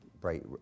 bright